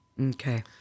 Okay